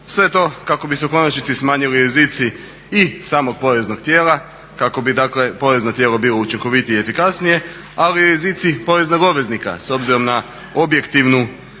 sve to kako bi se u konačnici smanjili rizici i samog poreznog tijela, kako bi dakle porezno tijelo bilo učinkovitije i efikasnije, ali i rizici poreznog obveznika s obzirom na objektivnu i